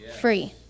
free